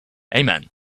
amen